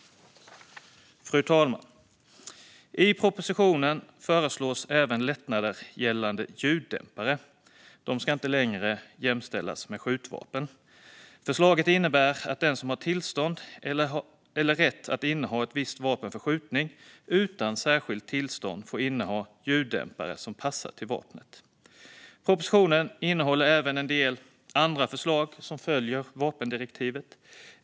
Fru talman! I propositionen föreslås även lättnader gällande ljuddämpare. De ska inte längre jämställas med skjutvapen. Förslaget innebär att den som har tillstånd eller rätt att inneha ett visst vapen för skjutning utan särskilt tillstånd får inneha ljuddämpare som passar till vapnet. Propositionen innehåller även en del andra förslag som följer vapendirektivet.